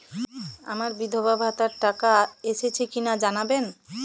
আমার বিধবাভাতার টাকা এসেছে কিনা জানাবেন?